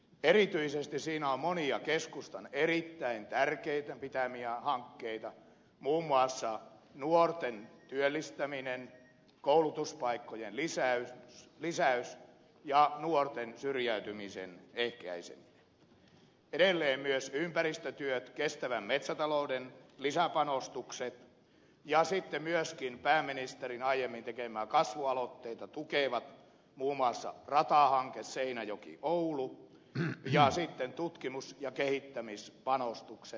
erityisesti siinä on monia keskustan erittäin tärkeinä pitämiä hankkeita muun muassa nuorten työllistäminen koulutuspaikkojen lisäys ja nuorten syrjäytymisen ehkäiseminen edelleen myös ympäristötyöt kestävän metsätalouden lisäpanostukset ja sitten myöskin pääministerin aiemmin tekemää kasvualoitetta tukevat muun muassa ratahanke seinäjokioulu ja tutkimus ja kehittämispanostukset